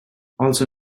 also